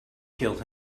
killed